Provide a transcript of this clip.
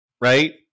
right